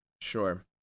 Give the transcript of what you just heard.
Sure